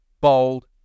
bold